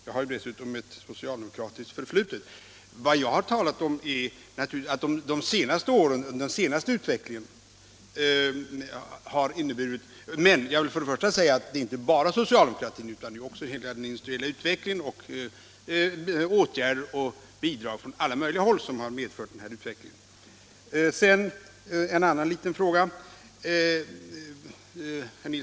Jag har dessutom ett socialdemokratiskt förflutet. Men det är inte bara socialdemokratin utan också hela den industriella utvecklingen och åtgärder och bidrag från alla håll som har medfört denna utveckling. Jag vill också ta upp en annan liten fråga.